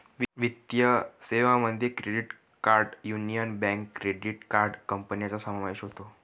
वित्तीय सेवांमध्ये credit card Union Bank credit card कंपन्यांचा समावेश होतो